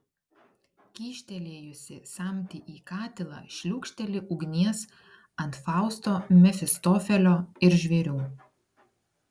kyštelėjusi samtį į katilą šliūkšteli ugnies ant fausto mefistofelio ir žvėrių